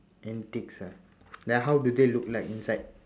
antiques ah then how do they look like inside